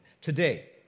Today